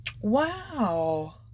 Wow